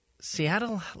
Seattle